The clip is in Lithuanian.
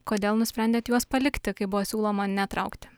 kodėl nusprendėt juos palikti kai buvo siūloma netraukti